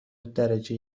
درجه